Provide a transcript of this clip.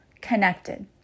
connected